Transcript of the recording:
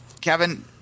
Kevin